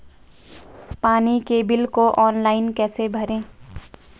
पानी के बिल को ऑनलाइन कैसे भरें?